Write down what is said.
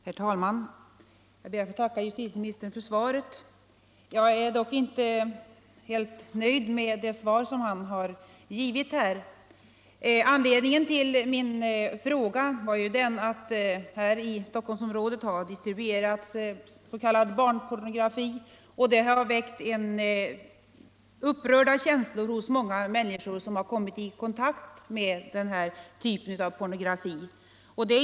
Herr talman! Jag ber att få tacka justitieministern för svaret. Jag är dock inte helt nöjd med det svar han har givit. Anledningen till min fråga var ju att här i Stockholmsområdet har distribuerats s.k. barnpornografi, vilket har väckt upprörda känslor hos många människor som har kommit i kontakt med denna typ av pornografi.